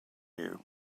you